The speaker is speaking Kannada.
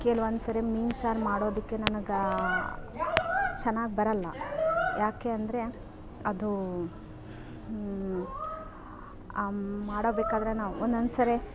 ಕೆಲವೊಂದ್ಸರಿ ಮೀನು ಸಾರು ಮಾಡೋದಕ್ಕೆ ನನಗೆ ಚೆನ್ನಾಗ್ ಬರೋಲ್ಲ ಯಾಕೆ ಅಂದರೆ ಅದು ಆ ಮಾಡಬೇಕಾದ್ರೆ ನಾವು ಒಂದೊಂದ್ಸರಿ